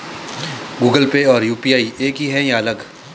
Google Pay और UPI एक ही है या अलग?